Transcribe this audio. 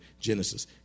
Genesis